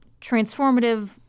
transformative